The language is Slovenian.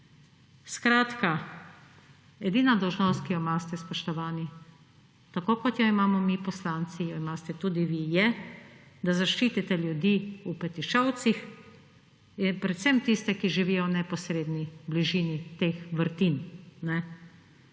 Skratka, edina dolžnost, ki jo imate, spoštovani, tako kot jo imamo mi poslanci, jo imate tudi vi, je, da zaščitite ljudi v Petišovcih. Predvsem tiste, ki živijo v neposredni bližini teh vrtin.